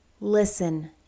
listen